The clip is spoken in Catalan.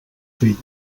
fills